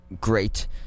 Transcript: great